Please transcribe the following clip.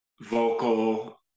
vocal